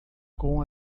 com